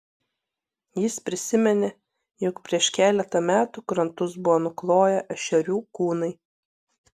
jis prisiminė jog prieš keletą metų krantus buvo nukloję ešerių kūnai